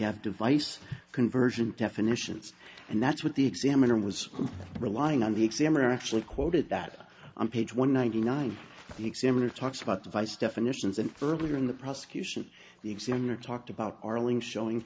have device conversion definitions and that's what the examiner was relying on the exam or actually quoted that on page one ninety nine the examiner talks about device definitions and earlier in the prosecution the examiner talked about arling showing